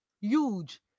Huge